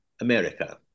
America